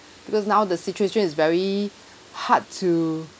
because now the situation is very hard to